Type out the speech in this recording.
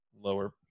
lower